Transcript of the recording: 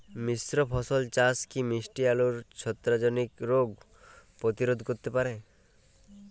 মিশ্র ফসল চাষ কি মিষ্টি আলুর ছত্রাকজনিত রোগ প্রতিরোধ করতে পারে?